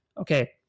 Okay